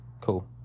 Cool